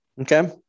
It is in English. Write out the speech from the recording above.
Okay